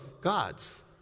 God's